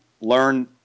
learn